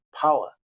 power